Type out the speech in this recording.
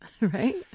Right